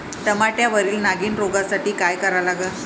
टमाट्यावरील नागीण रोगसाठी काय करा लागन?